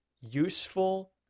useful